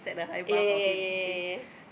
ya ya ya ya ya ya ya